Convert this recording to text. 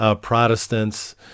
Protestants